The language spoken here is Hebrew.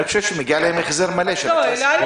אני חושב שמגיע להם החזר מלא של הכסף.